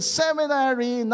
seminary